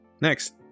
Next